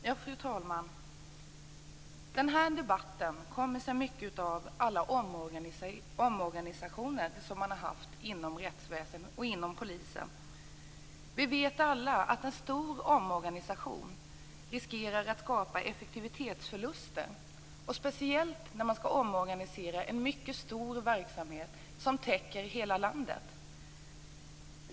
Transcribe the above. Fru talman! Den här debatten kommer sig mycket av alla de omorganisationer som man har genomfört inom rättsväsendet och polisen. Vi vet alla att en stor omorganisation riskerar att skapa effektivitetsförluster, speciellt när man skall omorganisera en mycket stor verksamhet som täcker hela landet.